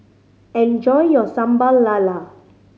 enjoy your Sambal Lala